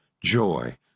joy